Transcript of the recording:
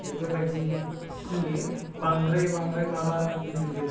बेफोर बायदिखौ नुयो बांद्राय माबा गिदिर गिदिर